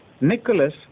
Nicholas